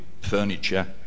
furniture